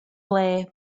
ble